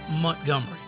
Montgomery